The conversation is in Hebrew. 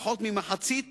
פחות ממחצית